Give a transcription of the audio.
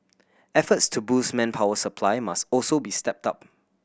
efforts to boost manpower supply must also be stepped up